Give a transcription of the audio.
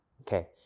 okay